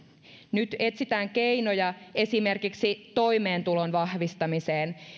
nyt etsitään keinoja esimerkiksi toimeentulon vahvistamiseen